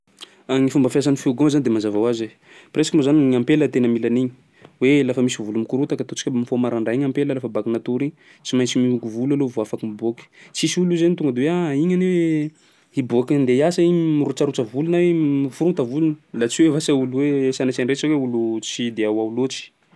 Gny fomba fiasan'ny fihogo io moa zany de mazava hoazy e, presque moa zany gny ampela tena mila an'igny hoe lafa misy volo mikorotaka ataontsika mifoha marandray gny ampela rafa baka natory igny, tsy maintsy mihogo volo aloha vao afaky miboaky. Tsisy olo zany tonga de: ah! igny anie hiboaky andeha hiasa igny mirotsarotsa volo na hoe miforota volony laha tsy hoe v- asa olo hoe sanatsian-dresaka hoe olo tsy de ao ao loatry.